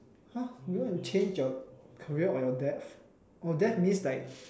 !huh! you want to change your career or your death oh death means like